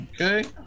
Okay